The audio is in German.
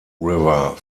river